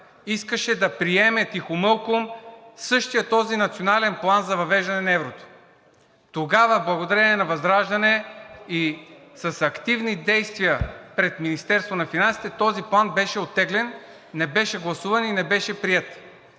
искаше да приеме тихомълком същия този Национален план за въвеждане на еврото. Тогава благодарение на ВЪЗРАЖДАНЕ и с активни действия пред Министерството на финансите този план беше оттеглен, не беше гласуван и не беше приет.